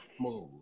move